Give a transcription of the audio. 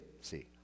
see